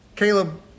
Caleb